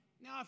Now